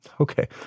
okay